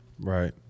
Right